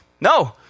No